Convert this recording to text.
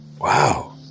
Wow